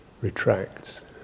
retracts